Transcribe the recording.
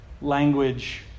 language